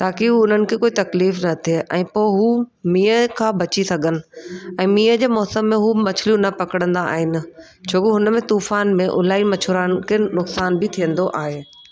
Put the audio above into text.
ताकि उन्हनि खे कोई तक़लीफ़ न थिए ऐं पोइ हू मींहं खां बची सघनि ऐं मींहं जे मौसम में हू मछलियूं न पकड़ंदा आहिनि छोकि हुनमें तूफ़ान में इलाही मछुआरनि खे नुक़सान बि थींदो आहे